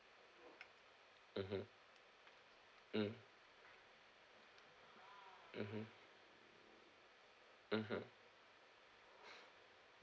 mmhmm mm mmhmm mmhmm